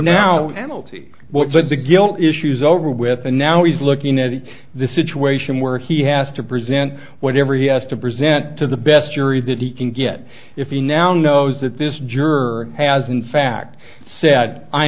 what the guilt issues over with and now he's looking at this situation where he has to present whatever he has to present to the best jury that he can get if he now knows that this juror has in fact said i